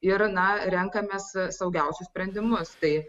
ir na renkamės saugiausius sprendimus tai